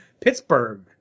Pittsburgh